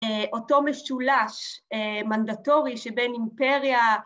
‫אותו משולש מנדטורי שבין אימפריה...